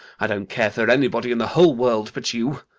i don't care for anybody in the whole world but you.